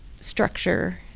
structure